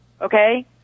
okay